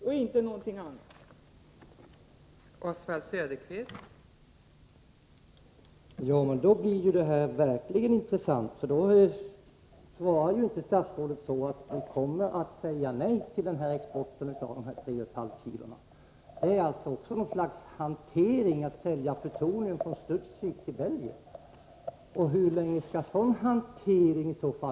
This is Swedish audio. Uttalandet skall tolkas endast på det sättet.